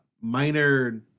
minor